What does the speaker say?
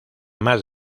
más